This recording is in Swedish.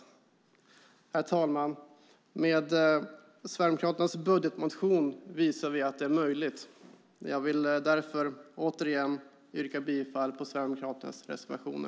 Herr talman! Med Sverigedemokraternas budgetmotion visar vi att det är möjligt. Jag vill därför återigen yrka bifall till Sverigedemokraternas reservationer.